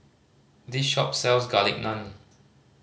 this shop sells Garlic Naan